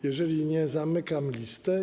Jeżeli nie, zamykam listę.